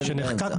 כשנחקק,